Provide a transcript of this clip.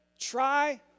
try